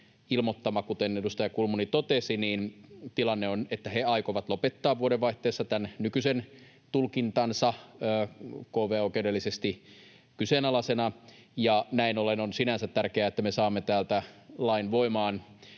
ilmoittama, kuten edustaja Kulmuni totesi, tilanne on, että he aikovat lopettaa vuodenvaihteessa tämän nykyisen tulkintansa kv-oikeudellisesti kyseenalaisena. Näin ollen on sinänsä tärkeää, että me saamme täältä lain voimaan